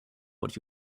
what